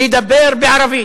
לדבר בערבית,